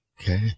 Okay